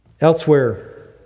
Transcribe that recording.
Elsewhere